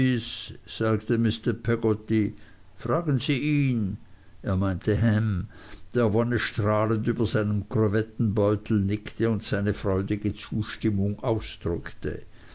sagte mr peggotty fragen sie ihn er meinte ham der wonnestrahlend über seinem crevettenbeutel nickte und seine freudige zustimmung ausdrückte